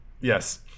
yes